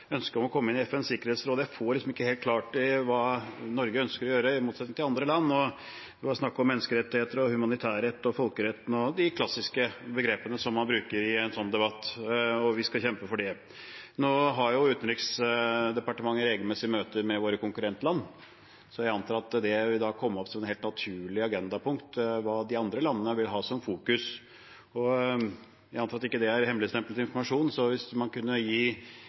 får det liksom ikke helt klart hva Norge ønsker å gjøre i motsetning til andre land. Det var snakk om menneskerettigheter, humanitærrett og folkeretten og de klassiske begrepene som man bruker i en sånn debatt, og at vi skal kjempe for det. Nå har Utenriksdepartementet regelmessige møter med våre konkurrentland, så jeg antar at det vil komme opp som et helt naturlig agendapunkt hva de andre landene vil ha som fokus. Jeg antar at det ikke er hemmeligstemplet informasjon, så hvis man kunne gi